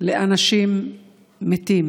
לאנשים מתים?